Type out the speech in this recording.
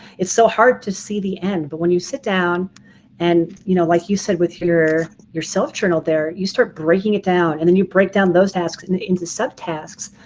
it's so hard to see the end but when you sit down and you know, like you said with your your self journal, there you start breaking it down. and then you break down those tasks and into subtasks.